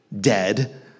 dead